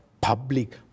public